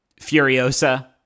Furiosa